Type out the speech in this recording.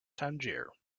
tangier